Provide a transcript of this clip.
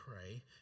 pray